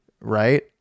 right